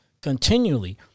continually